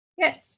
Yes